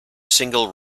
single